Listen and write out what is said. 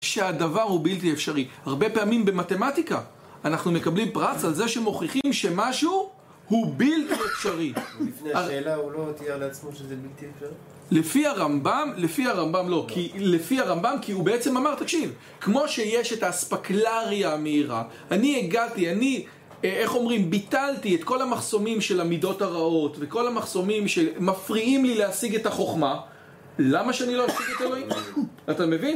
שהדבר הוא בלתי אפשרי הרבה פעמים במתמטיקה אנחנו מקבלים פרץ על זה שמוכיחים שמשהו הוא בלתי אפשרי ולפני השאלה הוא לא תיאר לעצמו שזה בלתי אפשרי? לפי הרמב״ם לפי הרמב״ם לא כי לפי הרמב״ם כי הוא בעצם אמר תקשיב כמו שיש את האספקלריה המאירה אני הגעתי אני איך אומרים ביטלתי את כל המחסומים של המידות הרעות וכל המחסומים שמפריעים לי להשיג את החוכמה למה שאני לא אשיג את אלוהים? אתה מבין?